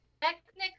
Technically